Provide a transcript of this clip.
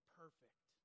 perfect